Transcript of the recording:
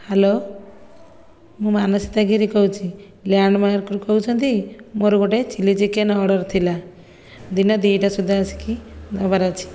hello ମୁଁ ମାନସୀତା ଗିରି କହୁଛି ଲ୍ୟାଣ୍ଡମାର୍କରୁ କହୁଛନ୍ତି ମୋର ଗୋଟିଏ ଚିଲି ଚିକେନ ଅର୍ଡ଼ର ଥିଲା ଦିନ ଦୁଇଟା ସୁଦ୍ଧା ଆସିକି ଦେବାର ଅଛି